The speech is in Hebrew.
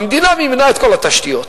המדינה מימנה את כל התשתיות.